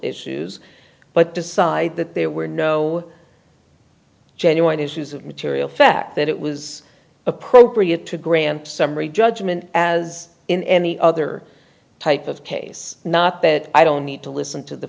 issues but decide that there were no genuine issues of material fact that it was appropriate to grant summary judgment as in any other type of case not that i don't need to listen to the